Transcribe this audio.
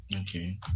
Okay